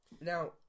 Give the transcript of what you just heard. Now